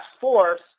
force